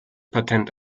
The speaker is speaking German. patent